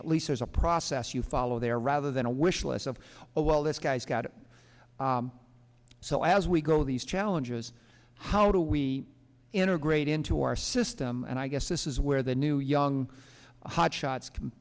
at least as a process you follow there rather than a wish list of well this guy's got it so as we go these challenges how do we integrate into our system and i guess this is where the new young hotshots can